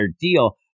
deal